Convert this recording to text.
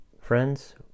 Friends